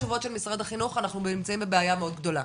משרד החינוך אנחנו נמצאים בבעיה מאוד גדולה,